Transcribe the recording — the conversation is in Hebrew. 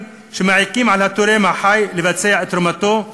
שמעיקים על התורם החי לבצע את תרומתו,